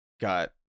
got